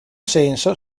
senso